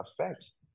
affects